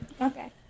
okay